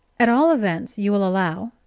at all events, you will allow,